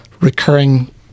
recurring